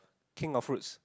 king of fruits